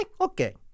okay